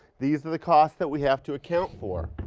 these are the costs that we have to account for,